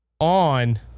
on